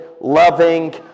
loving